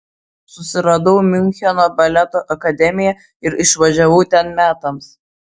susiradau miuncheno baleto akademiją ir išvažiavau ten metams